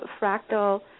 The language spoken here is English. fractal